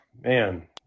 man